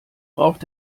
braucht